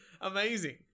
amazing